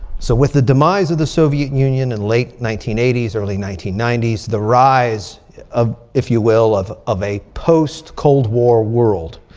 so with the demise of the soviet union and late nineteen eighty s, early nineteen ninety s. the rise of, if you will, of of a post-cold war world.